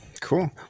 cool